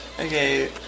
Okay